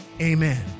Amen